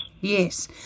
Yes